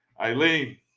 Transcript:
Eileen